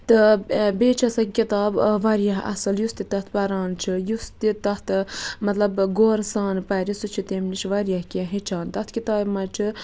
تہٕ بیٚیہِ چھَ سۄ کِتاب واریاہ اصل یُس تہِ تَتھ پَران چھُ یُس تہِ تتھ مَطلَب غورٕ سان پَرِ سُہ چھِ تمِہ نِش واریاہ کینٛہہ ہیٚچھان تَتھ کِتابہ مَنٛز چھُ